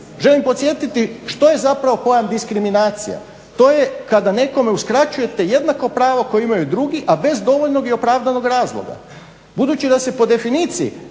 Želim podsjetiti što je pojam diskriminacija? To je kada nekome uskraćujete jednako pravo koje imaju drugi, a bez dovoljnog i opravdanog razloga. Budući da se po definiciji